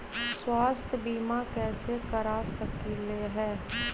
स्वाथ्य बीमा कैसे करा सकीले है?